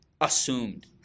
assumed